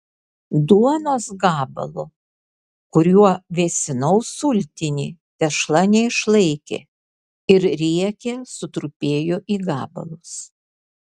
duonos gabalo kuriuo vėsinau sultinį tešla neišlaikė ir riekė sutrupėjo į gabalus